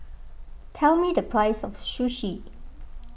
tell me the price of Sushi